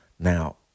Now